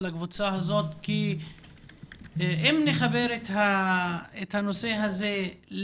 אם אין את אנשי המקצוע, מי יעשה את העבודה?